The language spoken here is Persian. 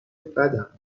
بدم